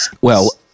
Well-